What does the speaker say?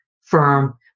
firm